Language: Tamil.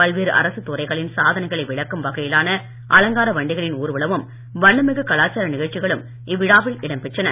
பல்வேறு அரசுத் துறைகளின் சாதனைகளை விளக்கும் வகையிலான அல்ங்கார வண்டிகளின் ஊர்வலமும் வண்ணமிகு கலாச்சார நிகழ்ச்சிகளும் இவ்விழாவில் இடம் பெற்றன